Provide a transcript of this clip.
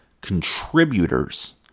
contributors